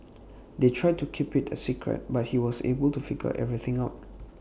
they tried to keep IT A secret but he was able to figure everything out